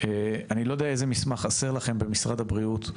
אני לא יודע איזה מסמך חסר לכם במשרד הבריאות.